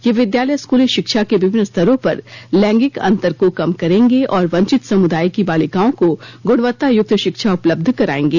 ये विद्यालय स्कूली शिक्षा के विभिन्न स्तरों पर लैंगिक अंतर को कम करेंगे और वंचित समुदायों की बालिकाओं को गुणवत्ता युक्त शिक्षा उपलब्ध कराएंगे